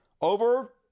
over